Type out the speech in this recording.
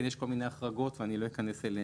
יש כל מיני החרגות שכרגע אני לא אכנס אליהן.